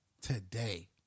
today